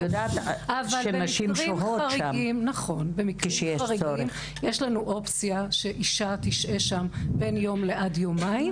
במקרים חריגים יש אופציה אישה תשהה שם בין יום עד יומיים.